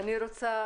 אני רוצה